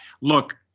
look